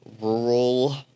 Rural